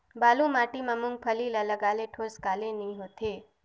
बालू माटी मा मुंगफली ला लगाले ठोस काले नइ होथे?